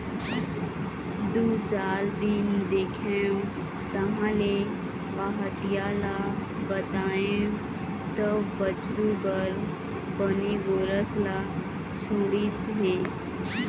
दू चार दिन देखेंव तहाँले पहाटिया ल बताएंव तब बछरू बर बने गोरस ल छोड़िस हे